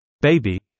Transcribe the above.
Baby